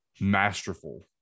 masterful